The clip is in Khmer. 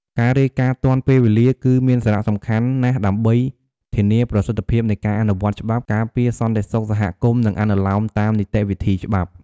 ការរាយការណ៍ទាន់ពេលវេលា គឺមានសារៈសំខាន់ណាស់ដើម្បី ធានាប្រសិទ្ធភាពនៃការអនុវត្តច្បាប់ ការពារសន្តិសុខសហគមន៍ និងអនុលោមតាមនីតិវិធីច្បាប់។